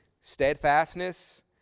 steadfastness